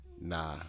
nah